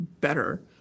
better